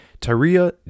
Tyria